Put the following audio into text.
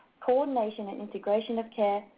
coordination and integration of care,